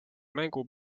mängu